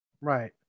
Right